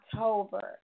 October